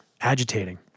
agitating